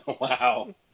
Wow